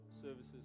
services